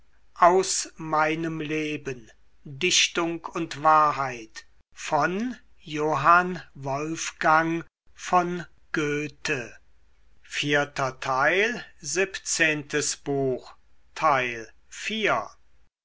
dichtung und wahrheit